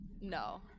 No